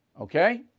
okay